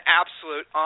absolute